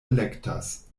elektas